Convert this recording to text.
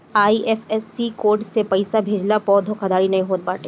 IFSC code से पइसा भेजला पअ धोखाधड़ी नाइ होत बाटे